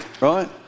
right